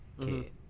kid